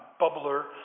bubbler